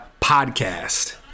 podcast